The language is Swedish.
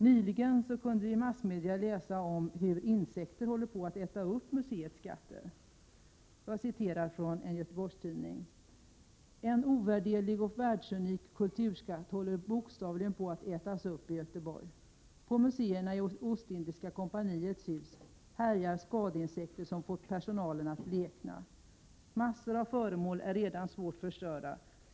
Nyligen kunde vi i massmedia läsa om hur insekter håller på att äta upp museets skatter. Jag citerar från en Göteborgstidning: ”En ovärderlig och världsunik kulturskatt håller bokstavligen på att ätas upp i Göteborg. På museerna i Ostindiska Kompaniets hus härjar skadeinsekter som fått personalen att blekna. Massor av föremål är redan svårt förstörda.